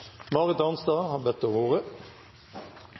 Marit Arnstad har bedt om ordet.